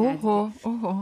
oho oho